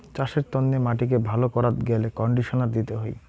চাসের তন্নে মাটিকে ভালো করাত গ্যালে কন্ডিশনার দিতে হই